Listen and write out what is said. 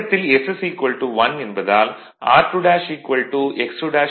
தொடக்கத்தில் s 1 என்பதால் r2 x2 0